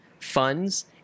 funds